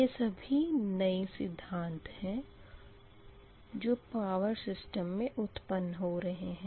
यह सभी नए सिद्धांत है जो पावर सिस्टम मे उत्पन्न हो रहे है